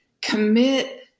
commit